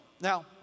Now